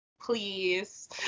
please